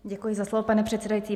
Děkuji za slovo, pane předsedající.